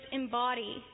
embody